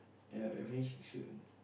ya we are finishing soon